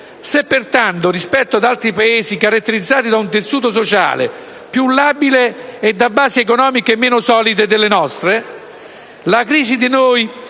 Se, pertanto, rispetto ad altri Paesi, caratterizzati da un tessuto sociale più labile e da basi economiche meno solide delle nostre, la crisi da noi